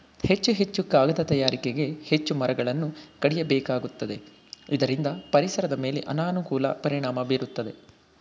ಹೆಚ್ಚು ಹೆಚ್ಚು ಕಾಗದ ತಯಾರಿಕೆಗೆ ಹೆಚ್ಚು ಮರಗಳನ್ನು ಕಡಿಯಬೇಕಾಗುತ್ತದೆ ಇದರಿಂದ ಪರಿಸರದ ಮೇಲೆ ಅನಾನುಕೂಲ ಪರಿಣಾಮ ಬೀರುತ್ತಿದೆ